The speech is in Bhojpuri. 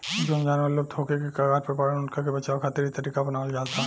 जवन जानवर लुप्त होखे के कगार पर बाड़न उनका के बचावे खातिर इ तरीका अपनावल जाता